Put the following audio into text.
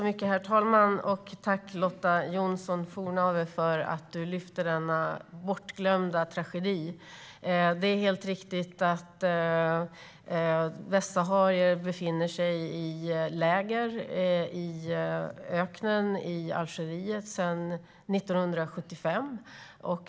Herr talman! Tack, Lotta Johnsson Fornarve, för att du lyfter fram denna bortglömda tragedi. Det är helt riktigt att västsaharier befinner sig i läger i öknen i Algeriet sedan 1975.